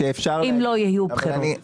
אם לא יהיו בחירות.